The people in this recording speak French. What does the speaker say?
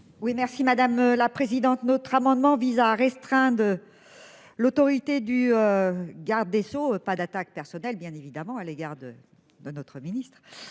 Oui merci madame la présidente, notre amendement visant à restreindre. L'autorité du. Garde des Sceaux, pas d'attaques personnelles bien évidemment à l'égard de de notre Ministre